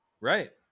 Right